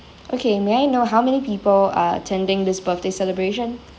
okay may I know how many people are attending this birthday celebration